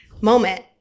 moment